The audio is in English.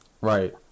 Right